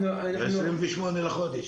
ב-28 בחודש.